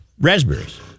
raspberries